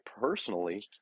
personally